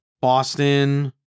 boston